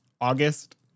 August